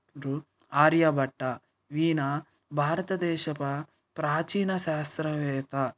రు ఆర్యాభట్టా ఈయన భారతదేశ ప్రాచీన శాస్త్రవేత్త